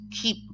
keep